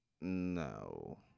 No